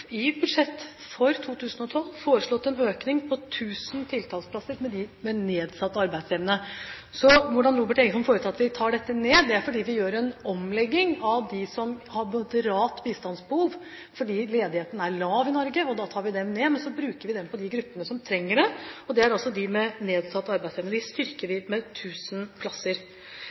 i budsjettet for 2012 foreslått en økning på 1 000 tiltaksplasser for dem med nedsatt arbeidsevne. Når Robert Eriksson får det til at vi tar dette ned, er det fordi vi gjør en omlegging for dem som har moderat bistandsbehov. Ledigheten er lav i Norge, og da tar vi det ned, men så bruker vi det på de gruppene som trenger det, og det er de med nedsatt arbeidsevne. Der styrker vi med 1 000 plasser.